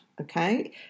okay